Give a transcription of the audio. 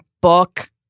book